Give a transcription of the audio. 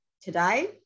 today